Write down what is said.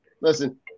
listen